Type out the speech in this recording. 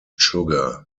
sugar